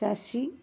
Sasi